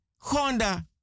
Honda